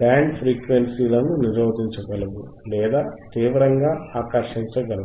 band frequency లను నిరోధించగలవు లేదా తీవ్రంగా ఆకర్షించగలవు